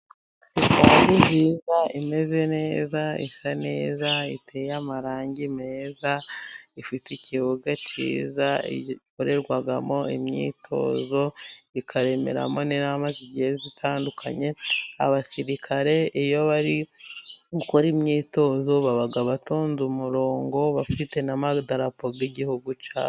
Etaje nziza, imeze neza ,isa neza ,iteye amarangi meza, ifite ikibuga cyiza, inzu ikorerwamo imyitozo ikaremeramo n'inama zigiye zitandukanye ,abasirikare iyo bari gukora imyitozo baba batonze umurongo, bafite n'amadarapo y'igihugu cyabo.